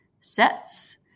sets